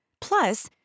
Plus